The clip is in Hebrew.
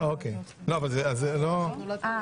סעיף 6: הצעת חוק לתיקון פקודת התעבורה (איסור